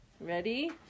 Ready